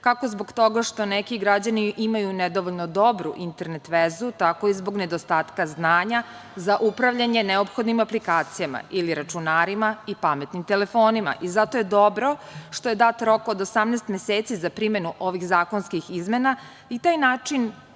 kako zbog toga što neki građani imaju nedovoljno dobru internet vezu, tako i zbog nedostatka znanja za upravljanje neophodnim aplikacijama ili računarima i pametnim telefonima. Zato je dobro što je dat rok od 18 meseci za primenu ovih zakonskih izmena i na taj način